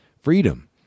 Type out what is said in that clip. freedom